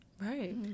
Right